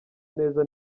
neza